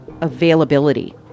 availability